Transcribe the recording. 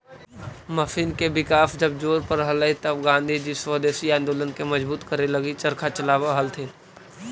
machine के विकास जब जोर पर हलई तब गाँधीजी स्वदेशी आंदोलन के मजबूत करे लगी चरखा चलावऽ हलथिन